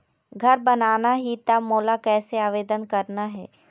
घर बनाना ही त मोला कैसे आवेदन करना हे?